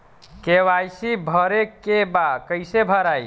KYC भरे के बा कइसे भराई?